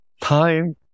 time